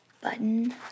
button